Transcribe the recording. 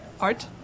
art